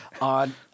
on-